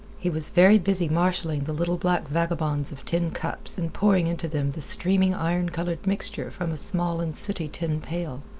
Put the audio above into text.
he was very busy marshaling the little black vagabonds of tin cups and pouring into them the streaming iron colored mixture from a small and sooty tin pail.